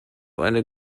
eine